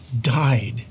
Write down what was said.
died